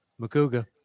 Makuga